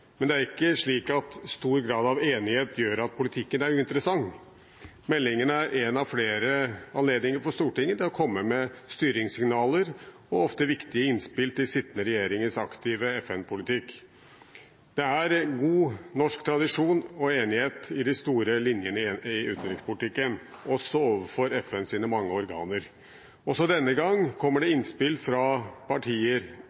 Men det er ikke slik at stor grad av enighet gjør at politikken er uinteressant. Meldingen er en av flere anledninger Stortinget har til å komme med styringssignaler og ofte viktige innspill til sittende regjeringers aktive FN-politikk. Det er god norsk tradisjon om enighet i de store linjene i utenrikspolitikken, også overfor FNs mange organer. Også denne gangen kommer det